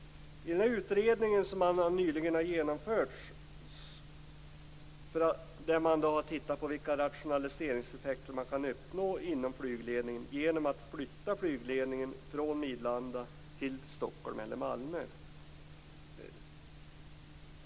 I en utredning som nyligen har genomförts har man tittat på vilka rationaliseringseffekter man kan uppnå inom flygledningen genom att flytta flygledningen från Midlanda till Stockholm eller Malmö.